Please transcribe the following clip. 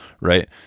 right